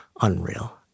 Unreal